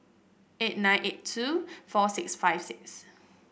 eight nine eight two four six five six